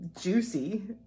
juicy